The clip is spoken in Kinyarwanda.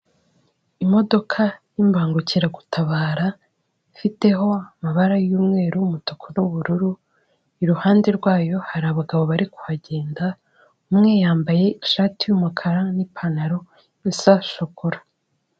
Imodoka y'imbangukiragutabara ifiteho amabara y'umweru, umutuku n'ubururu, iruhande rwayo hari abagabo bari kuhagenda umwe yambaye ishati y'umukara n'ipantaro isa shokora.